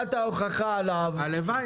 חובת ההוכחה עליו,